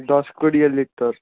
ଦଶ କୋଡ଼ିଏ ଲିଟର